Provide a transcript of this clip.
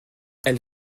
elle